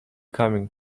coming